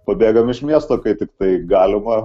pabėgam iš miesto kai tiktai galima